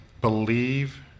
believe